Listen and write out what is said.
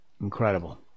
Incredible